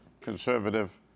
conservative